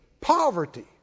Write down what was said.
poverty